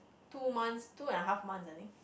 two months two and a half months I think